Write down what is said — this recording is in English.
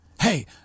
Hey